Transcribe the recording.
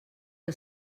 que